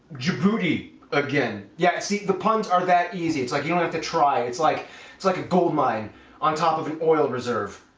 djibouti again. yeah, see the puns are that easy. it's like you don't have to try. it's like it's like a goldmine on top of an oil reserve,